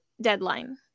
deadline